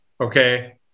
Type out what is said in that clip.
Okay